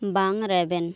ᱵᱟᱝ ᱨᱮᱵᱮᱱ